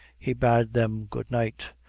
he bade them good night,